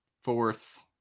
fourth